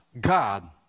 god